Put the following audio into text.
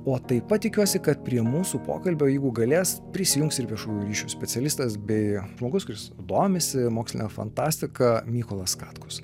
o taip pat tikiuosi kad prie mūsų pokalbio jeigu galės prisijungs ir viešųjų ryšių specialistas bei žmogus kuris domisi moksline fantastika mykolas katkus